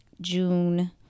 june